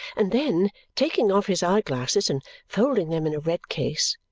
and then, taking off his eye-glasses and folding them in a red case,